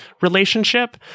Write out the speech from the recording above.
relationship